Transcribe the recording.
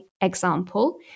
example